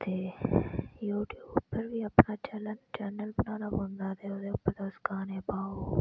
ते YouTube उप्पर बी अपना चैनल बनाना पौंदा ते ओहदे उप्पर तुस गाने पाओ